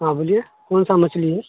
ہاں بولیے کون سا مچھلی ہے